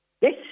Yes